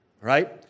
right